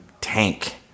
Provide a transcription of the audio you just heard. tank